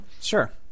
Sure